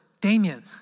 Damien